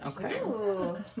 Okay